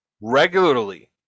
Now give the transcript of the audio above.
regularly